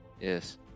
Yes